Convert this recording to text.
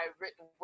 written